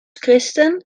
christen